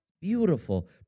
Beautiful